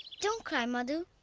don't cry, madhu.